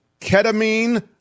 ketamine